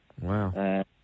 Wow